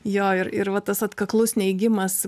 jo ir ir va tas atkaklus neigimas